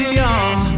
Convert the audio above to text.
young